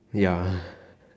ya